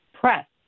press